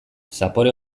zapore